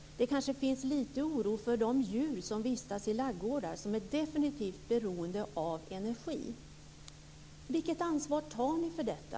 Det kanske finns lite oro för de djur som vistas i ladugårdar som definitivt är beroende av energi. Vilket ansvar tar ni för detta?